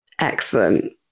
excellent